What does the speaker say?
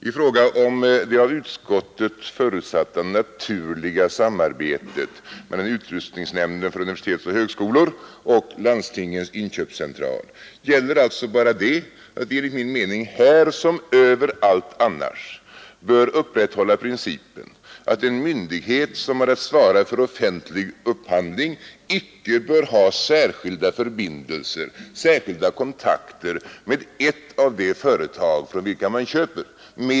I fråga om det av utskottet förutsatta naturliga samarbetet mellan utrustningsnämnden för universitet och högskolor och Landstingens inköpscentral gäller alltså bara att vi enligt min mening här som överallt annars bör upprätthålla principen att en myndighet som har att svara för offentlig upphandling icke bör ha särskilda förbindelser, särskilda kontakter med ett av de företag från vilka man köper.